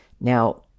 Now